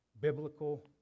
biblical